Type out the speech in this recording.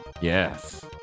yes